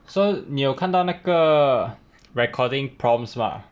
so 你有看到那个 recording problems 吧